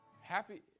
Happy